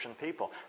people